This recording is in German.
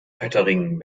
poettering